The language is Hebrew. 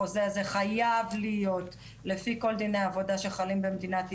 החוזה הזה חייב להיות לפי כל דיני העבודה שחלים במדינת ישראל.